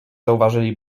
zauważyli